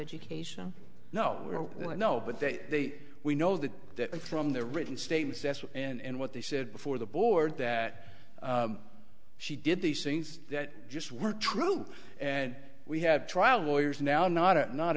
education no no no but they we know that from the written statement and what they said before the board that she did these things that just were true and we have trial lawyers now not a not